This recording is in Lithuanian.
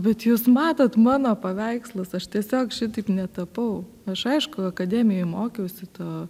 bet jūs matot mano paveikslus aš tiesiog šitaip netapau aš aišku akademijoj mokiausi to